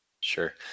Sure